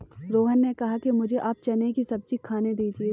रोहन ने कहा कि मुझें आप चने की सब्जी खाने दीजिए